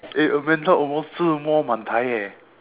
eh Amanda almost eh